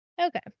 Okay